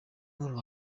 nkuru